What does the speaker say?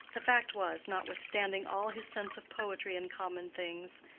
the fact was, notwithstanding all his sense of poetry in common things,